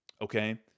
Okay